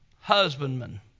husbandmen